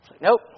Nope